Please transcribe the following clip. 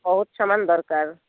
ବହୁତ ସାମାନ ଦରକାର